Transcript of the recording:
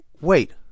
wait